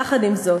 יחד עם זאת,